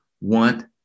want